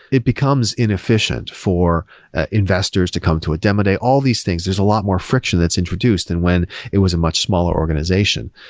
it becomes inefficient for investors to come to a demo day. all these things, there's a lot more friction that's introduced than and when it was a much smaller organization.